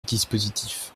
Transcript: dispositif